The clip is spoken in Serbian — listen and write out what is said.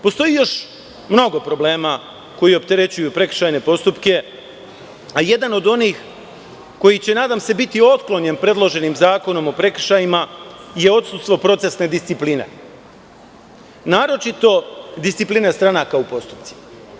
Postoji još mnogo problema koji opterećuju prekršajne postupke, a jedan od onih koji će, nadam se, biti otklonjen predloženim zakonom o prekršajima, je odsustvo procesne discipline, naročito discipline stranaka u postupcima.